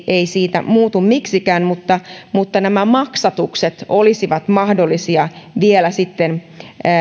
ei siitä muutu miksikään mutta mutta nämä maksatukset olisivat mahdollisia vielä sitten